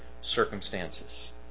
circumstances